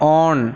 on